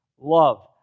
love